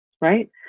Right